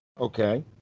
Okay